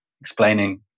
explaining